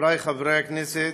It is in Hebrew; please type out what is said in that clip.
חברי חברי הכנסת,